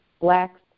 Blacks